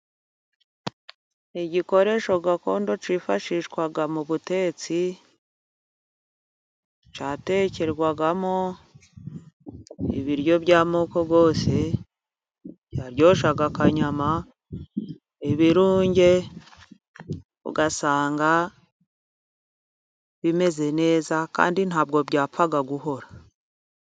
Ni igikoresho gakondo cyifashishwaga mu butetsi cyatekerwagamo ibiryo by'amoko yose, cyaryoshyaga akanyama, ibirunge, ugasanga bimeze neza kandi ntabwo byapfaga guhora.